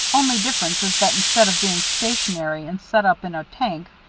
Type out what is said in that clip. only difference is that instead of being stationary and set up in a tank,